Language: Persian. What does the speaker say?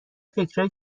فکرایی